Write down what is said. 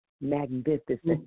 magnificent